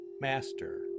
Master